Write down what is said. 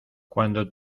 cuando